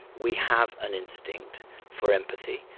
we have an instinct for empathy.